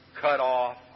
cut-off